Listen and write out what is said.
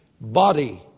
body